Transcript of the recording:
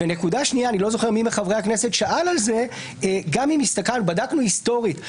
נקודה שנייה אני לא זוכר מי מחברי הכנסת שאל על זה בדקנו היסטורית,